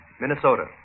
Minnesota